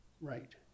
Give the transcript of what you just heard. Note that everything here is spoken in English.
Right